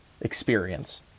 experience